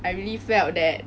I really felt that